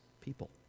people